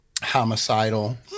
homicidal